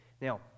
Now